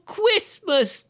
Christmas